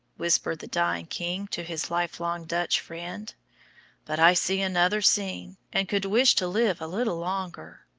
whispered the dying king to his lifelong dutch friend but i see another scene, and could wish to live a little longer.